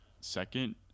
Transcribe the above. second